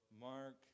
Mark